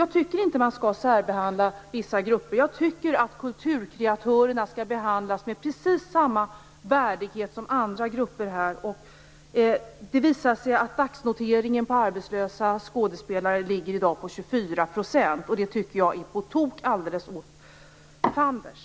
Jag tycker inte att vissa grupper skall särbehandlas. Kulturkreatörerna skall behandlas med precis samma värdighet som andra grupper. Dagsnoteringen när det gäller arbetslösa skådespelare är i dag 24 %. Det tycker jag är alldeles åt fanders.